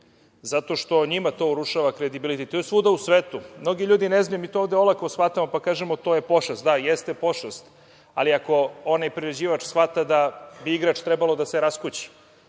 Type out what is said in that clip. što to njima urušava kredibilitet. To je svuda u svetu. Mnogi ljudi ne znaju, mi to ovde olako shvatamo, pa kažemo, to je pošast. Da, jeste pošast, ali ako onaj prerađivač shvata da bi igrač trebalo da se raskući,